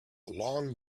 long